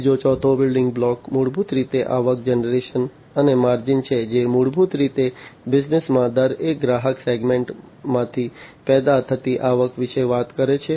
ત્રીજો ચોથો building block મૂળભૂત રીતે આવક જનરેશન અને માર્જિનછે જે મૂળભૂત રીતે બિઝનેસમાં દરેક ગ્રાહક સેગમેન્ટમાંથી પેદા થતી આવક વિશે વાત કરે છે